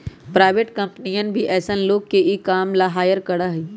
private कम्पनियन भी ऐसन लोग के ई काम ला हायर करा हई